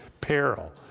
peril